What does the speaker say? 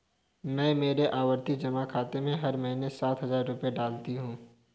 मैं मेरे आवर्ती जमा खाते में हर महीने सात हजार रुपए डालती हूँ